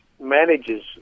manages